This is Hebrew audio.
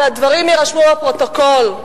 והדברים יירשמו בפרוטוקול,